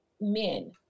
men